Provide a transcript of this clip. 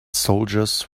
soldiers